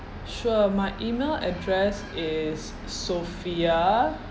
sure my email address is sophia